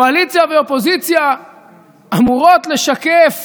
קואליציה ואופוזיציה אמורות לשקף